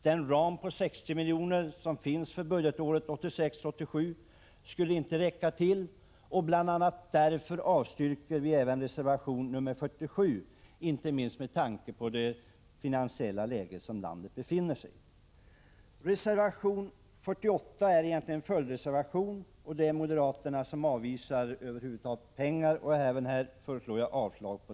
Den ram på 60 milj.kr. som finns för budgetåret 1986/87 skulle inte räcka till. Bl. a. därför avstyrker vi även reservation 47, inte minst med tanke på det finansiella läge som landet befinner sig i. Reservation 48 är egentligen en följdreservation. Det är moderaterna som avvisar att det över huvud taget skall utgå några pengar. Även här yrkar jag avslag.